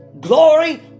Glory